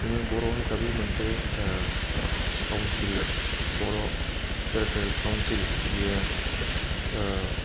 जोङो बर' हिसाबै मोनसे काउन्सिल बर' टेरिटरियेल काउन्सिल बियो